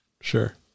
sure